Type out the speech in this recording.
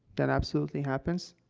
that absolutely happens,